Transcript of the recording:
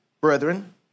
brethren